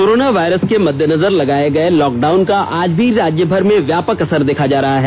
corona virus के मद्देनजर लगाये गए लॉकडाउन का आज भी राज्यभर में व्यापाक असर देखा जा रहा है